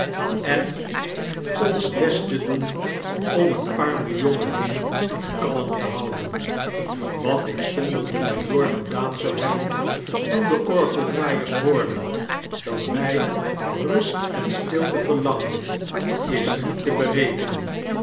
en ons best te doen om bet arme jonge ding kalra tetibuden wat ikzonder den majoor gedaan zou hebben toen deorgeldraaiers hoorden dat wij rust en stilte verlang den is niet te berekenen